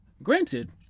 Granted